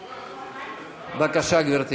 בבקשה, גברתי.